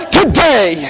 today